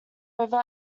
river